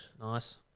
Nice